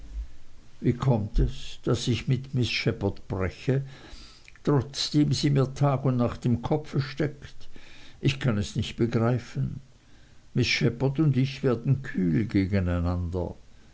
wie kommt es daß ich mit miß shepherd breche trotzdem sie mir tag und nacht im kopfe steckt ich kann es nicht begreifen miß shepherd und ich werden kühl gegeneinander